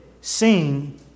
sing